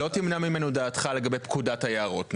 שהרי לא תמנע ממנו את דעתך לגבי פקודת היערות,